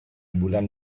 bulan